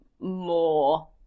more